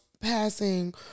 passing